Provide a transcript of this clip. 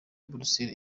brussels